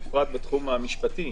בפרט בתחום המשפטי,